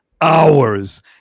hours